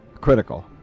Critical